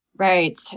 Right